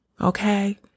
okay